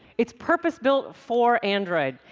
it's purpose-built for android.